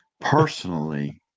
personally